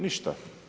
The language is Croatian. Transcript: Ništa.